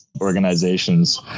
organizations